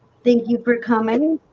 thank you for coming